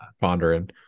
pondering